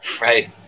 right